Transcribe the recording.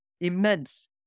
immense